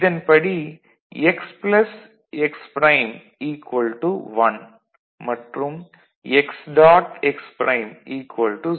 இதன் படி x plus x prime 1 மற்றும் x டாட் x ப்ரைம் 0